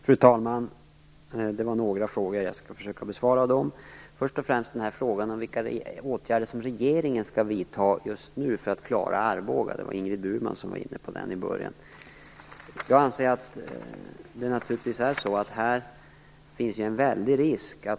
Fru talman! Jag fick några frågor som jag skall försöka besvara. Först och främst frågan om vilka åtgärder regeringen skall vidta just nu för att klara Arboga. Ingrid Burman var inne på den. Jag anser naturligtvis att det här finns en stor risk.